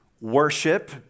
worship